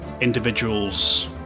individuals